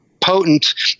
potent